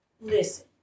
Listen